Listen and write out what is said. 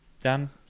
Dan